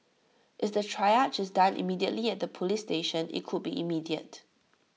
is the triage is done immediately at the Police station IT could be immediate